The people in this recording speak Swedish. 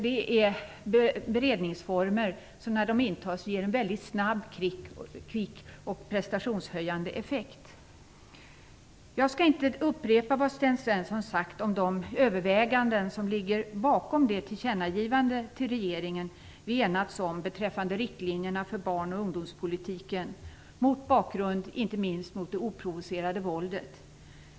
Det är beredningsformer som, när medlen intas, väldigt snabbt ger en prestationshöjande effekt. Jag skall inte upprepa vad Sten Svensson sagt om de överväganden som ligger bakom det tillkännagivande till regeringen som vi enats om beträffande riktlinjerna för barn och ungdomspolitiken, inte minst mot bakgrund av det oprovocerade våldet.